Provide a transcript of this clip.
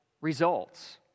results